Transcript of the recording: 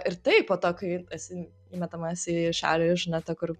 ir tai po to kai esi įmetamas į šalį iš ne ta kur